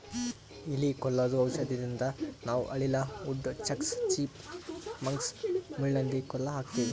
ಇಲಿ ಕೊಲ್ಲದು ಔಷಧದಿಂದ ನಾವ್ ಅಳಿಲ, ವುಡ್ ಚಕ್ಸ್, ಚಿಪ್ ಮಂಕ್ಸ್, ಮುಳ್ಳಹಂದಿ ಕೊಲ್ಲ ಹಾಕ್ತಿವಿ